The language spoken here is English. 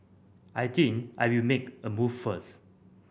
I think I will make a move first